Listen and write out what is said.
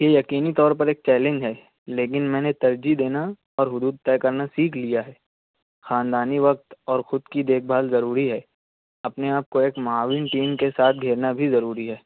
یہ یقینی طور پر ایک چیلنج ہے لیکن میں نے ترجیح دینا اور حدود طے کرنا سیکھ لیا ہے خاندانی وقت اور خود کی دیکھ بھال ضروری ہے اپنے آپ کو ایک معاون ٹیم کے ساتھ گھیرنا بھی ضروری ہے